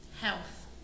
health